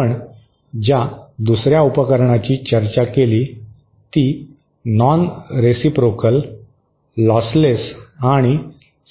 आपण ज्या दुसऱ्या उपकरणाची चर्चा केली ती नॉनरेसीप्रोकल लॉसलेस आणि